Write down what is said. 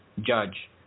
judge